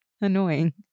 Annoying